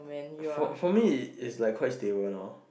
for for me is like quite stable now